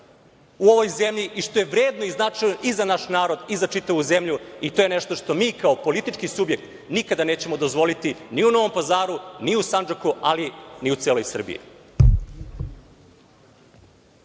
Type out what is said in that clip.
u ovoj zemlji i što je vredno i značajno i za naš narod i za čitavu zemlju i to je nešto što mi kao politički subjekt nećemo dozvoliti ni u Novom Pazaru, ni u Sandžaku, ali ni u celoj Srbiji.